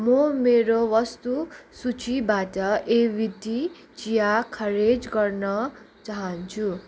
म मेरो वस्तु सूचीबाट एभिटी चिया खारेज गर्न चाहन्छु